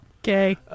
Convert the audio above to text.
Okay